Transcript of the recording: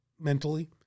mentally